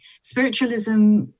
Spiritualism